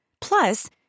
Plus